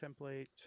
template